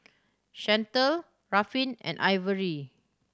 Chantal Ruffin and Ivory